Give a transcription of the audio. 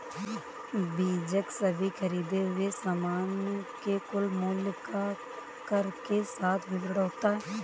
बीजक सभी खरीदें हुए सामान के कुल मूल्य का कर के साथ विवरण होता है